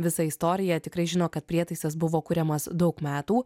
visą istoriją tikrai žino kad prietaisas buvo kuriamas daug metų